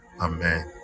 Amen